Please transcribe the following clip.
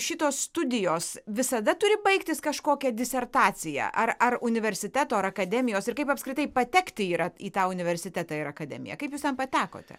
šitos studijos visada turi baigtis kažkokia disertacija ar ar universiteto ar akademijos ir kaip apskritai patekti yra į tą universitetą ir akademiją kaip jūs ten patekote